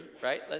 right